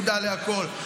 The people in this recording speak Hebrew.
מודע לכול,